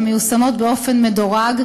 המיושמות באופן מדורג,